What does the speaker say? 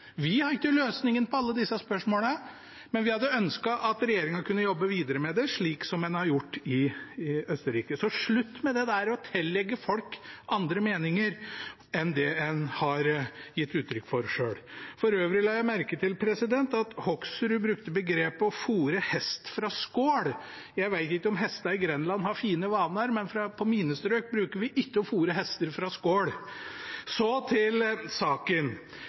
Vi har ikke løsningen på alle disse spørsmålene, men vi hadde ønsket at regjeringen kunne jobbe videre med det, slik en har gjort i Østerrike. Det må bli slutt på å tillegge folk andre meninger enn det en har gitt uttrykk for. For øvrig la jeg merke til at representanten Hoksrud brukte begrepet «å fôre hest fra skål». Jeg vet ikke om hestene i Grenland har fine vaner, men i mine strøk bruker vi ikke å fôre hester fra skål. Så til saken.